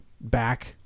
back